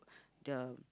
the